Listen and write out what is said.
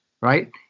Right